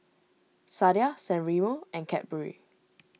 Sadia San Remo and Cadbury